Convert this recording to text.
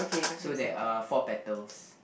so there are four petals